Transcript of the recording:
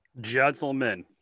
gentlemen